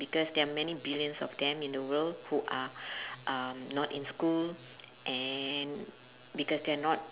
because there are many billions of them in the world who are(um) not in school and because they are not